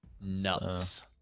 Nuts